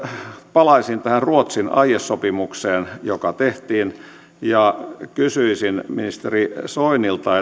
palaisin tähän ruotsin aiesopimukseen joka tehtiin ja kysyisin ministeri soinilta